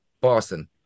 Boston